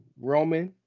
Roman